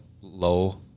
low